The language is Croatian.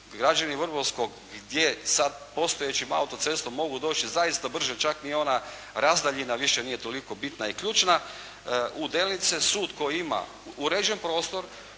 građani Vrbovskog gdje sad postojećom autocestom mogu doći zaista brže. Čak ni ona razdaljina više nije toliko bitna i ključna. U Delnice sud koji ima uređen prostor,